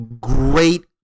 great